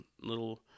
little